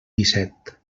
disset